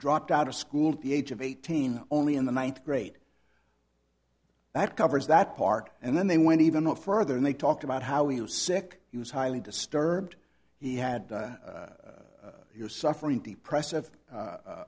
dropped out of school at the age of eighteen only in the ninth grade that covers that part and then they went even further and they talked about how he was sick he was highly disturbed he had you're suffering the press